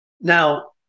Now